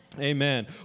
Amen